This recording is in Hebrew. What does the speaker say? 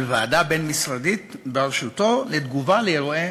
ועדה בין-משרדית בראשותו לתגובה על אירועי